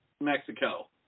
Mexico